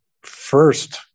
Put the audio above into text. first